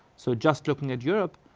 so just looking at europe,